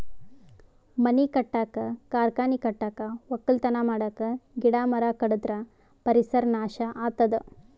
ಮನಿ ಕಟ್ಟಕ್ಕ್ ಕಾರ್ಖಾನಿ ಕಟ್ಟಕ್ಕ್ ವಕ್ಕಲತನ್ ಮಾಡಕ್ಕ್ ಗಿಡ ಮರ ಕಡದ್ರ್ ಪರಿಸರ್ ನಾಶ್ ಆತದ್